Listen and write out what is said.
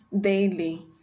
daily